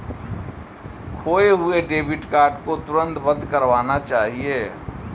खोये हुए debit card को तुरंत बंद करवाना चाहिए